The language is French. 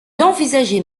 envisageait